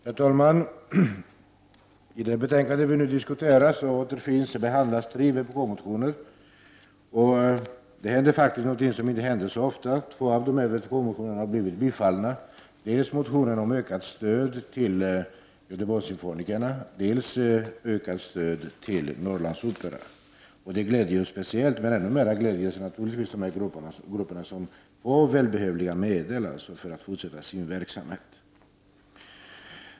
Herr talman! I det betänkande som vi nu diskuterar behandlas tre vpkmotioner. Två av dessa motioner har tillstyrkts, vilket inte händer så ofta. Det gäller dels motionen om ökat stöd till Göteborgssymfonikerna, dels ökat stöd till Norrlandsoperan. Tillstyrkandet gläder oss speciellt, men ännu mera gläder det oss naturligtvis att grupperna får de välbehövliga medlen för att kunna fortsätta sin verksamhet.